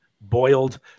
boiled